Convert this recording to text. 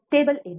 table ಏನು